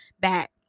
back